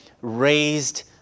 raised